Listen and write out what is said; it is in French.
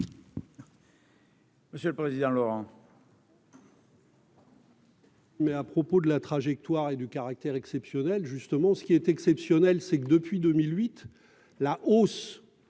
Monsieur le président, Laurent.